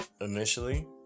initially